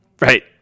Right